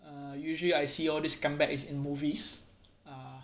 uh usually I see all these come back is in movies uh